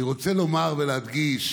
אני רוצה לומר ולהדגיש,